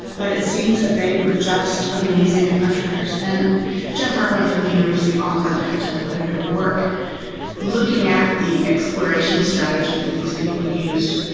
but it seems that they were just amazing adventurers. and geoff irwin from the university of auckland had done quite a bit of work looking at the exploration strategy that these people used,